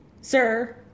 sir